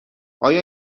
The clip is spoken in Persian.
آیا